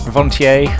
Vontier